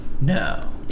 no